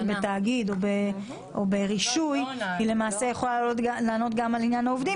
בתאגיד או ברישוי היא למעשה יכולה לענות גם על עניין העובדים,